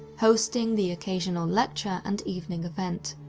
hosting the occasional lecture and evening event.